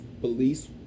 police